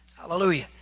Hallelujah